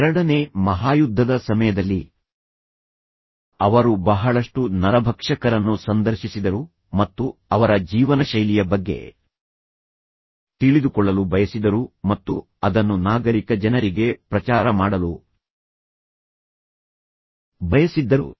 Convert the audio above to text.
ಎರಡನೇ ಮಹಾಯುದ್ಧದ ಸಮಯದಲ್ಲಿ ಅವರು ಬಹಳಷ್ಟು ನರಭಕ್ಷಕರನ್ನು ಸಂದರ್ಶಿಸಿದರು ಮತ್ತು ಅವರ ಜೀವನಶೈಲಿಯ ಬಗ್ಗೆ ರೆ ತಿಳಿದುಕೊಳ್ಳಲು ಬಯಸಿದರು ಮತ್ತು ಅದನ್ನು ನಾಗರಿಕ ಜನರಿಗೆ ಪ್ರಚಾರ ಮಾಡಲು ಬಯಸಿದ್ದರು